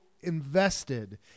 invested